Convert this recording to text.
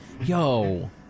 Yo